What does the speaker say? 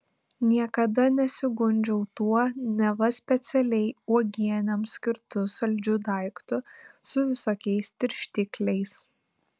niekada nesigundžiau tuo neva specialiai uogienėms skirtu saldžiu daiktu su visokiais tirštikliais